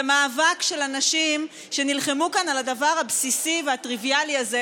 זה מאבק של אנשים שנלחמו כאן על הדבר הבסיסי והטריוויאלי הזה,